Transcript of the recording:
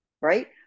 right